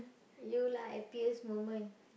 you lah happiest moment